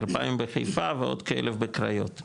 2000 בחיפה ועוד כ-1000 בקריות,